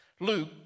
Luke